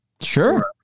Sure